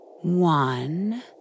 One